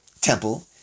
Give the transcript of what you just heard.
temple